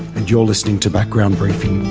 and you're listening to background briefing.